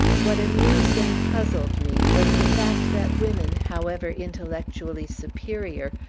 what amused and puzzled me was the fact, that women, however intellectually superior,